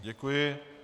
Děkuji.